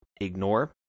ignore